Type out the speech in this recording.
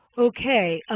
okay,